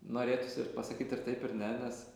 norėtųsi pasakyti ir taip ir ne nes